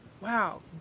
wow